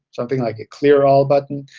something like a clear all button?